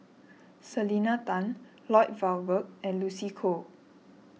Selena Tan Lloyd Valberg and Lucy Koh